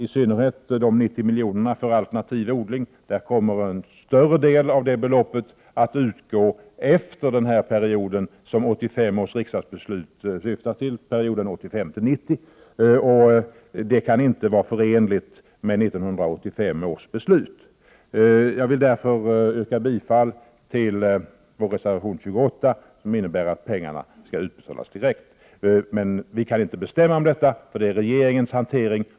I synnerhet beträffande de 90 milj.kr. för alternativ odling kommer en större del av beloppet att utgå efter den period som 1985 års riksdagsbeslut avsåg, nämligen perioden 1985-1990. Detta kan inte vara förenligt med 1985 års beslut. Jag vill därför yrka bifall till vår reservation 28, som innebär att pengarna skall utbetalas direkt. Vi kan emellertid inte bestämma om detta, eftersom det rör sig om regeringens hantering.